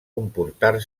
comportar